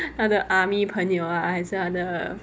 他的 army 朋友还是他的